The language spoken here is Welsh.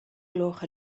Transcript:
gloch